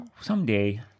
someday